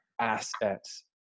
Assets